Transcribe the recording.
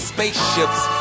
Spaceships